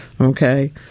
Okay